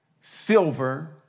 silver